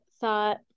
thought